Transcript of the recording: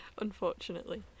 Unfortunately